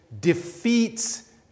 defeats